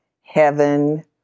heaven